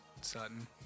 Sutton